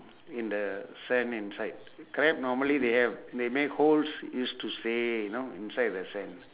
in the sand inside crab normally they have they make holes used to stay you know inside the sand